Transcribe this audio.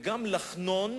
וגם לחנון